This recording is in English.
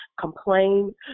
complain